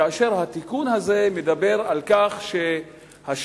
כאשר התיקון הזה מדבר על כך שהשבועה